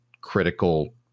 critical